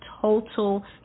total